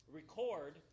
record